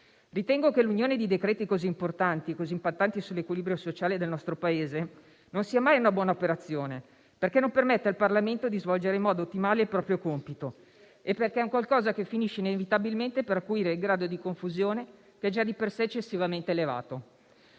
Ritengo che l'unione di decreti così importanti, così impattanti sull'equilibrio sociale del nostro Paese, non sia mai una buona operazione, perché non permette al Parlamento di svolgere in modo ottimale il proprio compito e perché è un qualcosa che finisce inevitabilmente per acuire il grado di confusione, che già di per sé è eccessivamente elevato.